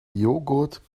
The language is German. joghurt